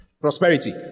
Prosperity